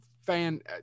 fan